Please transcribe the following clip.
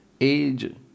age